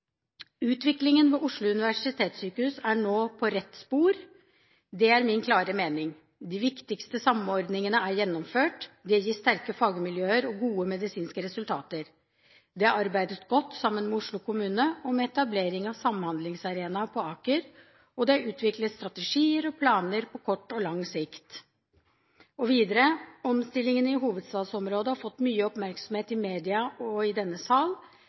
ved Oslo universitetssykehus er nå på rett spor. Det er min klare mening. De viktigste samordningene er gjennomført. Det gir sterke fagmiljøer og gode medisinske resultater. Det er arbeidet godt sammen med Oslo kommune om etablering av Samhandlingsarena Aker, og det er utviklet strategier og planer på kort og lang sikt.» Og videre: «Omstillingene i hovedstadsområdet har fått mye oppmerksomhet i media og i denne